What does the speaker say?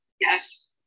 yes